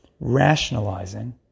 rationalizing